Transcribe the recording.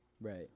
Right